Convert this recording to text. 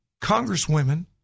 congresswomen